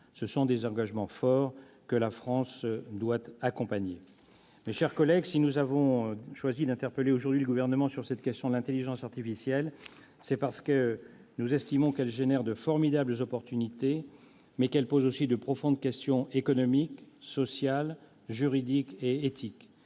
Ce sont des engagements forts, que la France doit accompagner. Mes chers collègues, si nous avons choisi d'interpeller aujourd'hui le Gouvernement sur cette question de l'intelligence artificielle, c'est parce que nous estimons qu'elle suscite de formidables occasions, mais pose aussi de profondes questions économiques, sociales, juridiques et éthiques.